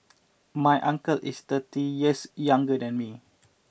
my uncle is thirty years younger than me